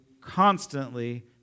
constantly